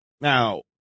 Now